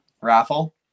Raffle